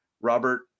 Robert